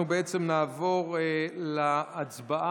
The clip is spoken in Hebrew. אנחנו בעצם נעבור להצבעה.